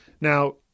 Now